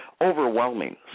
overwhelming